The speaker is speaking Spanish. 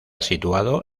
situado